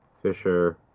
Fisher